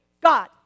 God